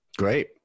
Great